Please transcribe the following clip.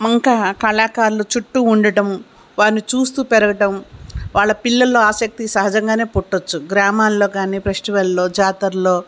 ఇంకా కళాకారులు చుట్టు ఉండటం వారిని చూస్తు పెరగటం వాళ్ళ పిల్లల్లో ఆసక్తి సహజంగానే పుట్టవచ్చు గ్రామాలలో కానీ ఫెస్టివల్లో జాతరలో